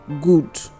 good